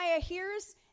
hears